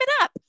up